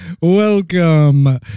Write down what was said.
welcome